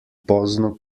pozno